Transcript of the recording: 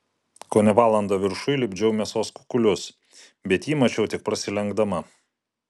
kone valandą viršuj lipdžiau mėsos kukulius bet jį mačiau tik prasilenkdama